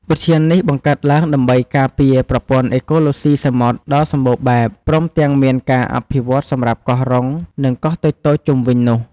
ឧទ្យាននេះ បង្កើតឡើងដើម្បីការពារប្រព័ន្ធអេកូឡូស៊ីសមុទ្រដ៏សម្បូរបែបព្រមទាំងមានការអភិវឌ្ឍសម្រាប់កោះរុង និងកោះតូចៗជុំវិញនោះ។